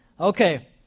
Okay